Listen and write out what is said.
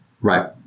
right